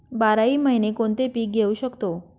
बाराही महिने कोणते पीक घेवू शकतो?